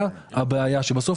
1 יבוא 'חוק מיסוי מקרקעין (שבח ורכישה),